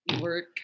work